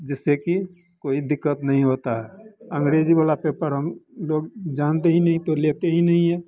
जिससे कि कोई दिक्कत नहीं होता है अँग्रेजी वाला पेपर हम लोग जानते ही नही तो लेते ही नहीं हैं